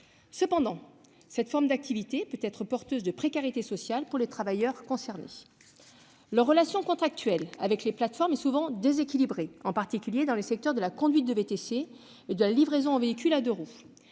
Mais cette forme d'activité peut aussi être porteuse de précarité sociale pour les travailleurs concernés. Leur relation contractuelle avec les plateformes est souvent déséquilibrée, en particulier dans les secteurs de la conduite de VTC et de la livraison. Cette précarité